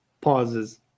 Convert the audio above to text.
pauses